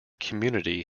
community